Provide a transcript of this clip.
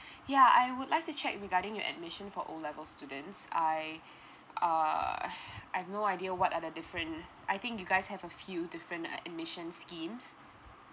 yeah I would like to check regarding your admission for O level students I uh I've no idea what are the different I think you guys have a few different uh admissions schemes